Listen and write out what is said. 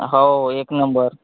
हो एक नंबर